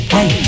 Hey